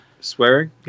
swearing